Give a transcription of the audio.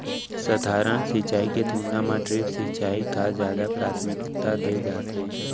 सधारन सिंचाई के तुलना मा ड्रिप सिंचाई का जादा प्राथमिकता दे जाथे